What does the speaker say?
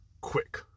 Quick